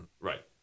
Right